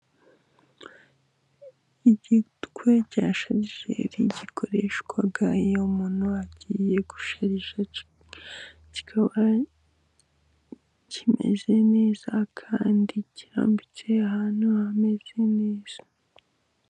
Igitwe cya sharigeri gikoreshwa iyo umuntu agiye gusharija. kikaba kimeze neza kandi kirambitse ahantu hameze neza.